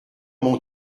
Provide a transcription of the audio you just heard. mon